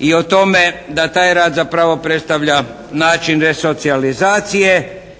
i o tome da taj rad zapravo predstavlja način resocijalizacije